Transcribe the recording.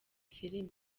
filime